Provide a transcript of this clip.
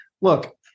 Look